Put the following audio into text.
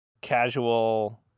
casual